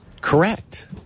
Correct